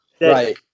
Right